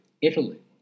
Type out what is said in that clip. Italy